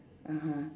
(uh huh)